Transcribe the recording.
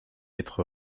être